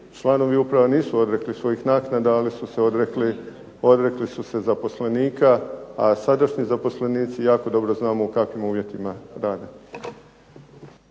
članovi uprava nisu odrekli svojih naknada, ali su se odrekli, odrekli su se zaposlenika a sadašnji zaposlenici jako dobro znamo u kakvim uvjetima rade.